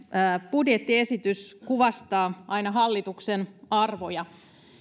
budjettiesitys kuvastaa aina hallituksen arvoja